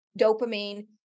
dopamine